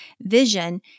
vision